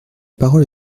parole